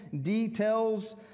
details